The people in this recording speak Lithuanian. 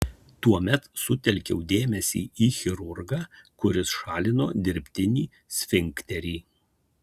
tuomet sutelkiau dėmesį į chirurgą kuris šalino dirbtinį sfinkterį